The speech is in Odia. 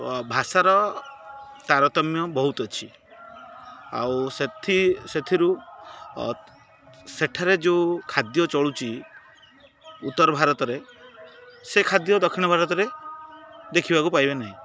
ଭାଷାର ତାରତମ୍ୟ ବହୁତ ଅଛି ଆଉ ସେଥି ସେଥିରୁ ସେଠାରେ ଯେଉଁ ଖାଦ୍ୟ ଚଳୁଛି ଉତ୍ତର ଭାରତରେ ସେ ଖାଦ୍ୟ ଦକ୍ଷିଣ ଭାରତରେ ଦେଖିବାକୁ ପାଇବେ ନାହିଁ